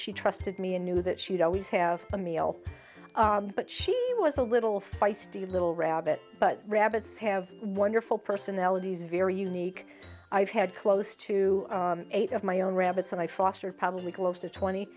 she trusted me and knew that she'd always have a meal but she was a little feisty little rabbit but rabbits have wonderful personalities very unique i've had close to eight of my own rabbits and i fostered probably close to twenty